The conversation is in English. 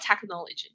technology